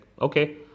okay